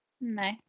No